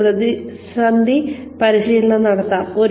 നമുക്ക് പ്രതിസന്ധി പരിശീലനം നടത്താം